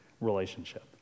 relationship